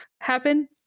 happen